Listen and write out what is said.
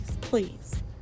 please